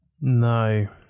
No